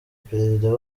perezida